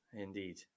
indeed